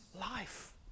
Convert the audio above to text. life